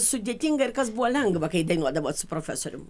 sudėtinga ir kas buvo lengva kai dainuodavot su profesoriumi